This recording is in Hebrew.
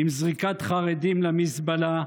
עם זריקת חרדים למזבלה,